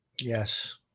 Yes